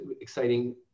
exciting